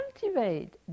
cultivate